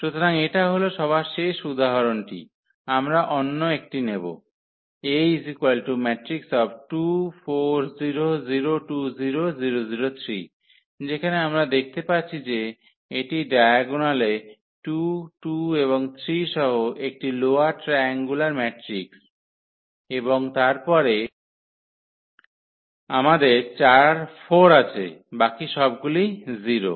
সুতরাং এটা হল সবার শেষ উদাহরণটি আমরা অন্য একটি নেব যেখানে আমরা দেখতে পাচ্ছি যে এটি ডায়াগোনালে 2 2 এবং 3 সহ একটি লোয়ার ট্রায়াঙ্গুলার ম্যাট্রিক্স এবং তারপরে আমাদের 4 আছে বাকী সবগুলি 0